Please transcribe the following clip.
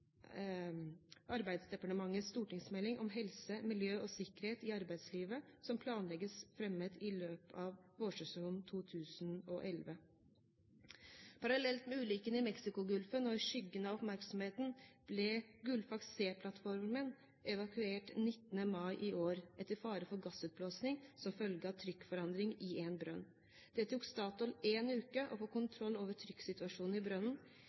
Arbeidsdepartementets stortingsmelding om helse, miljø og sikkerhet i arbeidslivet, som planlegges fremmet i løpet av vårsesjonen 2011. Parallelt med ulykken i Mexicogolfen og i skyggen av oppmerksomheten ble Gullfaks C-plattformen evakuert 19. mai i år, etter fare for gassutblåsing som følge av trykkforandring i en brønn. Det tok Statoil en uke å få kontroll over trykksituasjonen i brønnen.